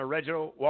Reginald